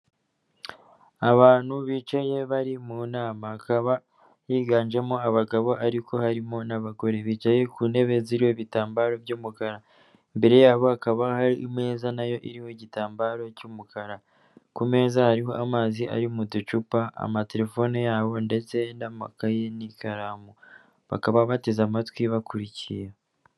Abantu bicaye bari mu nama, hakaba higanjemo abagabo ariko harimo n'abagore. Bicaye ku ntebe ziriho ibitambaro by'umukara, imbere y'abo hakaba hari imeza nayo iriho igitambaro cy'umukara, ku meza hariho amazi ari mu ducupa, amatelefone y'abo ndetse n'amakayi n'ikaramu. Bakaba bateze amatwi bakurikiye.